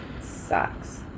Sucks